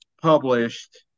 published